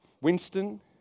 Winston